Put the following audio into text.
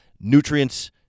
nutrients